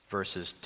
verses